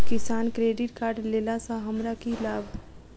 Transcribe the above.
किसान credit card लेला सऽ हमरा की लाभ?